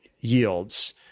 yields